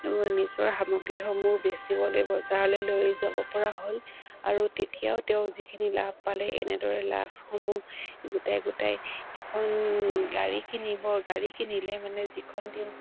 নিজৰ সামগ্ৰীসমূহ বেচিবলৈ বজাৰলে লৈ যাব পৰা হ'ল আৰু তেতিয়াও তেওঁ যিখিনি লাভ পালে এনেদৰে লাভসমূহ গোটাই গোটাই এখন গাড়ী কিনিব গাড়ী কিনিলে মানে যিখন তেওঁ